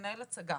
מנהל הצגה,